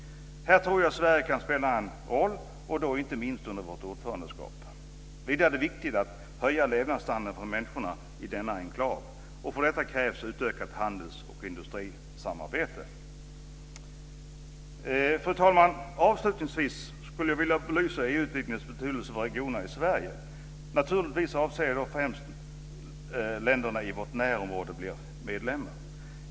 Här tror jag Sverige kan spela en roll, inte minst under vårt ordförandeskap. Vidare är det viktigt att höja levnadsstandarden för människorna i denna enklav. För det krävs utökat handels och industrisamarbete. Fru talman! Avslutningsvis skulle jag vilja belysa Naturligtvis avser jag då främst när länderna i vårt närområde blir medlemmar.